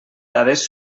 dades